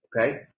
Okay